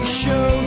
show